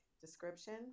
description